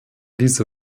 diese